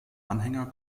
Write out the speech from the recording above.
anhänger